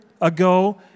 ago